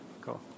cool